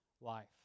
life